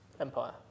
empire